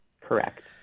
Correct